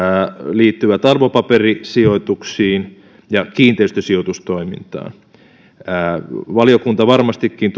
liittyvät arvopaperisijoituksiin ja kiinteistösijoitustoimintaan valiokunta varmastikin